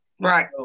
Right